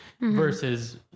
versus